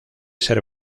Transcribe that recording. ser